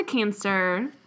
cancer